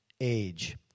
age